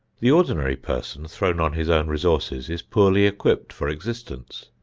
the ordinary person, thrown on his own resources, is poorly equipped for existence.